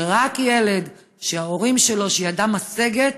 שרק ילד שההורים שלו ידם משגת,